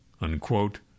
Unquote